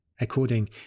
According